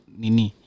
nini